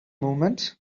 movement